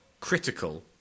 critical